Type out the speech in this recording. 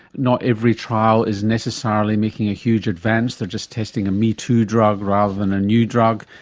not every trial is necessarily making a huge advance, they are just testing a me too drug rather than a new drug,